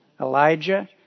Elijah